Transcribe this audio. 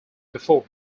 before